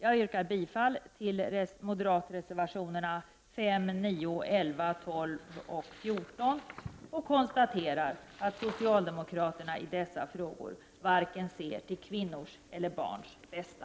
Jag yrkar bifall till de moderata reservationerna 5, 9, 11, 12 och 14 och konstaterar att socialdemokraterna i dessa frågor varken ser till kvinnors eller barns bästa.